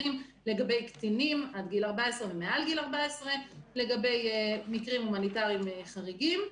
לגבי קטינים עד גיל 14 ומעל גיל 14 ולגבי מקרים הומניטריים חריגים.